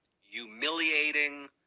humiliating